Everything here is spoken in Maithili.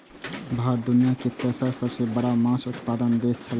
भारत दुनिया के तेसर सबसे बड़ा माछ उत्पादक देश छला